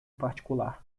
particular